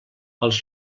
els